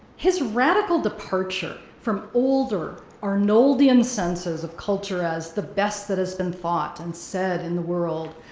his radical departure from older, arnoldian senses of culture as the best that has been fought and said in the world,